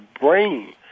brain